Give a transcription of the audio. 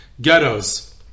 ghettos